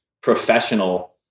professional